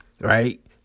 right